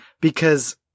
Because-